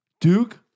Duke